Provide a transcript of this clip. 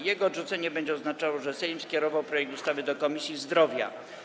Jego odrzucenie będzie oznaczało, że Sejm skierował projekt ustawy do Komisji Zdrowia.